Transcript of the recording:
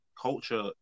culture